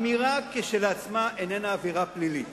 אמירה כשלעצמה איננה עבירה פלילית,